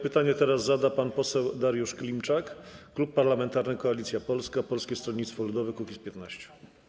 Pytanie teraz zada pan poseł Dariusz Klimczak, Klub Parlamentarny Koalicja Polska - Polskie Stronnictwo Ludowe - Kukiz15.